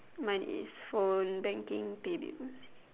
mine is phone banking pay bills